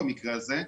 במקרה הזה,